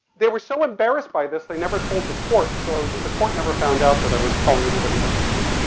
they were so embarrassed by this they never told the court, so the court never found out that i was calling anybody that i wanted to,